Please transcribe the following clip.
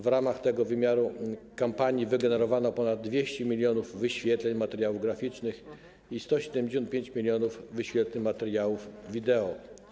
W ramach tego wymiaru kampanii wygenerowano ponad 200 mln wyświetleń materiałów graficznych i 175 mln wyświetleń materiałów wideo.